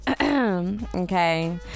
Okay